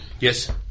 Yes